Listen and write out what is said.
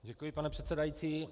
Děkuji, pane předsedající.